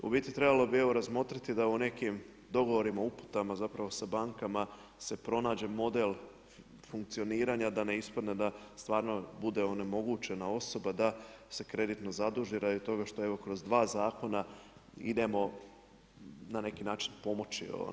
U biti trebalo bi evo razmotriti da u nekim dogovorima uputama sa bankama se pronađe model funkcioniranja da ne ispadne da stvarno bude onemogućena osoba da se kreditno zaduži radi toga što evo kroz dva zakona idemo na neki način pomoći.